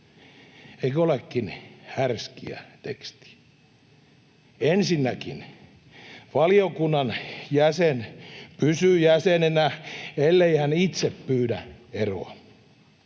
Eikö olekin härskiä tekstiä? Ensinnäkin, valiokunnan jäsen pysyy jäsenenä, ellei hän itse pyydä eroa.